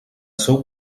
seu